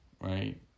right